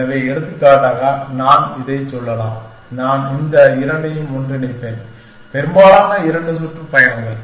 எனவே எடுத்துக்காட்டாக நான் இதைச் சொல்லலாம் நான் இந்த இரண்டையும் ஒன்றிணைப்பேன் பெரும்பாலான இரண்டு சுற்றுப்பயணங்கள்